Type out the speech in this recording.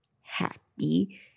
happy